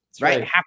right